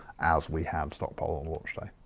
as we had stockpiled on launch day.